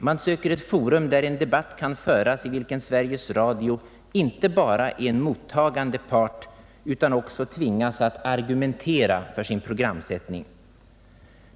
Man söker ett forum, där en debatt kan föras i vilken Sveriges Radio inte bara är en mottagande part utan också tvingas att argumentera för sin programsättning.